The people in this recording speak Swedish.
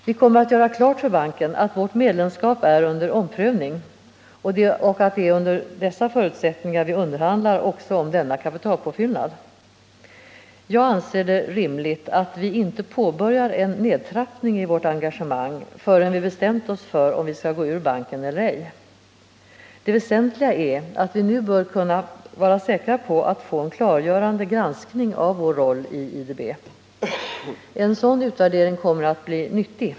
Vi kommer att göra klart för banken att vårt medlemskap är under omprövning och att det är under dessa förutsättningar vi underhandlar också om denna kapitalpåfyllnad. Jag anser det rimligt att vi inte påbörjar en nedtrappning i vårt engagemang förrän vi bestämt oss för om vi skall gå ur banken eller ej. Det väsentliga är att vi nu bör kunna vara säkra på att få en klargörande granskning av vår roll i IDB. En sådan utvärdering kommer att bli nyttig.